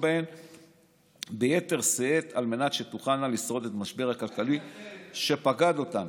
בהן ביתר שאת על מנת שתוכלנה לשרוד במשבר הכלכלי שפקד אותן.